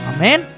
Amen